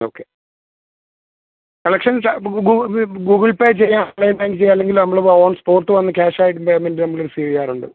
okay collections ഗൂഗൂ Google pay ചെയ്യാൻ online payment ചെയ്യാൻ അല്ലെങ്കിൽ നമ്മളിപ്പോൾ ഓൺ സ്പോട്ട് വന്ന് ക്യാഷ്യയിട്ട് പേയ്മെൻറ്റ് നമ്മൾ റിസീവ് ചെയ്യാറുണ്ട്